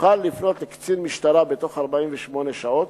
יוכל לפנות אל קצין משטרה בתוך 48 שעות,